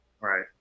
Right